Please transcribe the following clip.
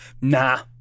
nah